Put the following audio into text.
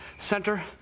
center